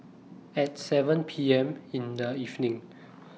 At seven P M in The evening